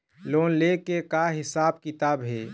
Loan ले के का हिसाब किताब हे?